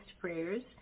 prayers